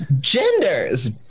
genders